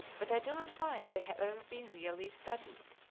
but i do not find they have ever been really studied.